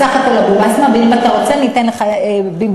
בסך-הכול אבו-בסמה, ואם אתה רוצה אתן לך במדויק.